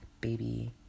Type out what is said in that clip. baby